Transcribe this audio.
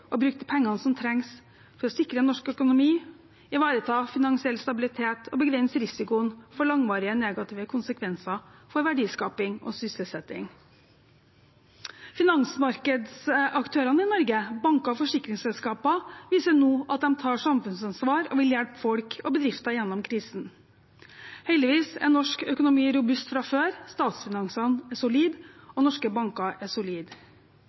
bruke de pengene som trengs, for å sikre norsk økonomi, ivareta finansiell stabilitet og begrense risikoen for langvarige negative konsekvenser for verdiskaping og sysselsetting. Finansmarkedsaktørene i Norge, banker og forsikringsselskaper, viser nå at de tar samfunnsansvar og vil hjelpe folk og bedrifter gjennom krisen. Heldigvis er norsk økonomi robust fra før. Statsfinansene er solide, og norske banker er solide.